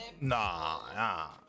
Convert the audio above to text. nah